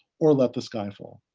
or let the sky fall.